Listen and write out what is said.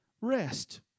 rest